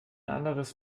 anderes